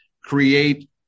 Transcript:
create